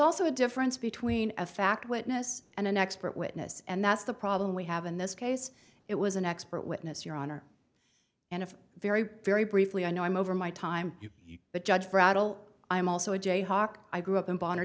also a difference between a fact witness and an expert witness and that's the problem we have in this case it was an expert witness your honor and if very very briefly i know i'm over my time the judge brattle i'm also a jayhawk i grew up in bo